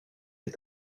les